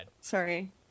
sorry